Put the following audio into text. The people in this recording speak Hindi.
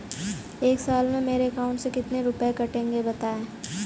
एक साल में मेरे अकाउंट से कितने रुपये कटेंगे बताएँ?